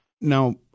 now